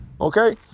Okay